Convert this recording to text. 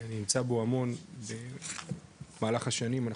אני נמצא בו המון במהלך השנים אנחנו